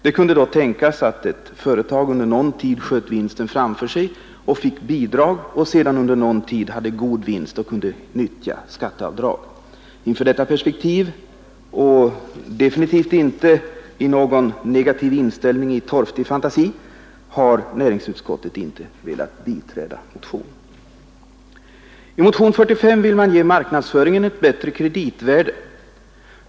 Det kunde då tänkas att ett företag under någon tid sköt vinsten framför sig, redovisade förlust och fick bidrag, och sedan under någon tid hade god vinst och kunde utnyttja skatteavdraget. Inför detta perspektiv — och definitivt inte på grund av negativ inställning och torftig fantasi, herr Sjönell, — har näringsutskottets majoritet inte velat biträda motionsyrkandet. I motionen 45 vill motionärerna ge marknadsföringen ett bättre kreditvärde.